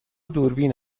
دوربین